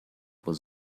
was